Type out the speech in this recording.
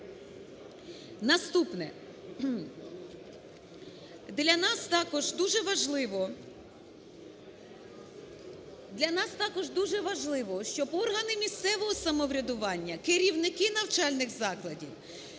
Наступне. Для нас також дуже важливо, щоб органи місцевого самоврядування, керівники навчальних закладів